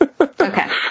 Okay